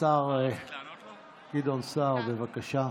השר גדעון סער, בבקשה.